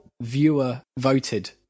viewer-voted